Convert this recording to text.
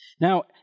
Now